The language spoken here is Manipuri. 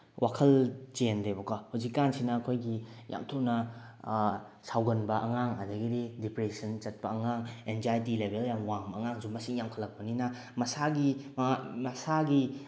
ꯋꯥꯈꯜ ꯆꯦꯟꯗꯦꯕꯀꯣ ꯍꯧꯖꯤꯛ ꯀꯥꯟꯁꯤꯅ ꯑꯩꯈꯣꯏꯒꯤ ꯌꯥꯝ ꯊꯨꯅ ꯁꯥꯎꯒꯟꯕ ꯑꯉꯥꯡ ꯑꯗꯨꯗꯒꯤꯗꯤ ꯗꯦꯄ꯭ꯔꯦꯁꯟ ꯆꯠꯄ ꯑꯉꯥꯡ ꯑꯦꯟꯖꯥꯏꯇꯤ ꯂꯦꯕꯦꯜ ꯌꯥꯝ ꯋꯥꯡꯕ ꯑꯉꯥꯡꯁꯨ ꯃꯁꯤꯡ ꯌꯥꯝꯈꯠꯂꯛꯄꯅꯤꯅ ꯃꯁꯥꯒꯤ ꯃꯁꯥꯒꯤ